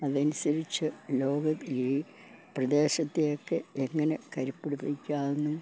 അതനുസരിച്ച് ലോകം ഈ പ്രദേശത്തെയൊക്കെ എങ്ങനെ കരുപ്പിടിപ്പിക്കാമെന്നും